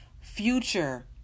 future